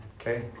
Okay